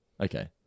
Okay